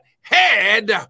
Head